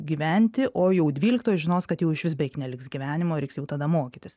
gyventi o jau dvyliktoj žinos kad jau išvis beveik neliks gyvenimo reiks jau tada mokytis